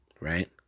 right